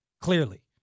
clearly